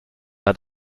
hat